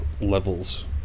levels